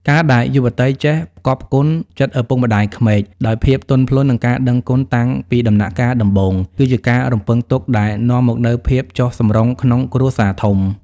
ការដែលយុវតីចេះ "ផ្គាប់ផ្គុនចិត្តឪពុកម្ដាយក្មេក" ដោយភាពទន់ភ្លន់ និងការដឹងគុណតាំងពីដំណាក់កាលដំបូង គឺជាការរំពឹងទុកដែលនាំមកនូវភាពចុះសម្រុងក្នុងគ្រួសារធំ។